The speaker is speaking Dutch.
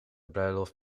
bruiloft